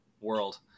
world